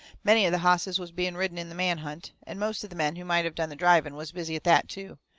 many of the hosses was being ridden in the man-hunt. and most of the men who might have done the driving was busy at that too.